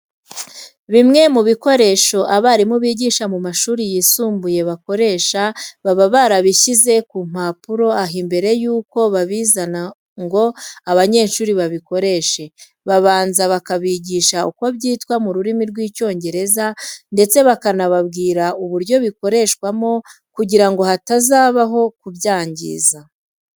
Bimwe mu bikoresho abarimu bigisha mu mashuri yisumbuye bakoresha baba barabishyize ku mpapuro aho mbere yuko babizana ngo abanyeshuri babikoreshe, babanza bakabigisha uko byitwa mu rurimi rw'Icyongereza ndese bakanababwira uburyo bikoreshwamo kugira ngo hatazabaho kubyangiza.